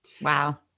Wow